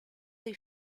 dei